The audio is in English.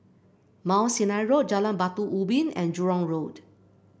Mount Sinai Road Jalan Batu Ubin and Jurong Road